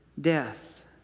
death